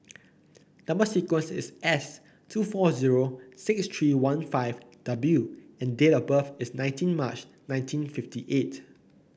number sequence is S two four zero six three one five W and date of birth is nineteen March nineteen fifty eight